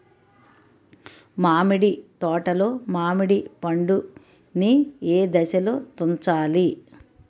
మామిడి తోటలో మామిడి పండు నీ ఏదశలో తుంచాలి?